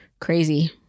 crazy